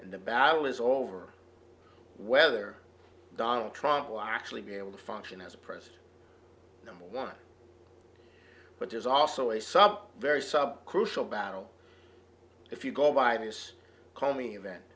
in the battle is over whether donald trump will actually be able to function as a president number one but there's also a some very sub crucial battle if you go by this call me event